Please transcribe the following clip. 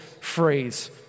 phrase